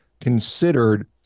considered